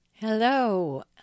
Hello